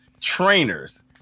trainers